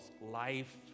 life